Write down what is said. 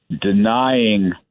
denying